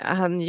han